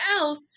else